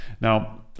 now